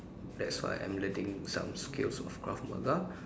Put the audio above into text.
that's why I'm learning some skills of Krav-Maga